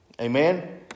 Amen